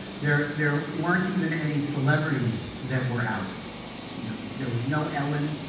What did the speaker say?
there there weren't even any celebrities that were out you know, there was no ellen,